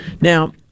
Now